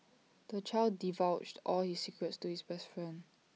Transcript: the child divulged all his secrets to his best friend